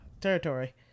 territory